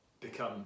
become